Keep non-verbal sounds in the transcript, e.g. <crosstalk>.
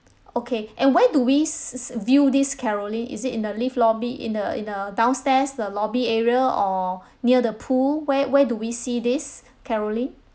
okay <breath> and where do we s~ s~ view this carolling is it in the lift lobby in a in uh downstairs the lobby area or <breath> near the pool where where do we see this <breath> carolling